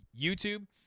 YouTube